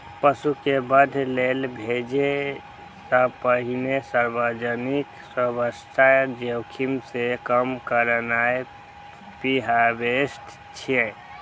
पशु कें वध लेल भेजै सं पहिने सार्वजनिक स्वास्थ्य जोखिम कें कम करनाय प्रीहार्वेस्ट छियै